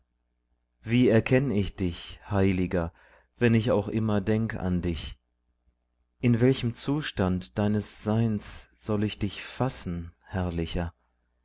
wie erkenn ich dich heiliger wenn ich auch immer denk an dich in welchem zustand deines seins soll ich dich fassen herrlicher